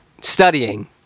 studying